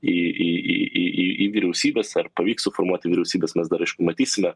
į į į į į vyriausybes ar pavyks suformuoti vyriausybes mes dar aišku matysime